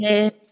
Yes